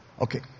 Okay